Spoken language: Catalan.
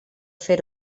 fer